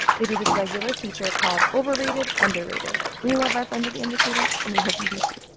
they do this regular feature called overrated underrated. we love our friends at the indicator, and we hope you do, too